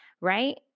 right